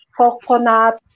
coconut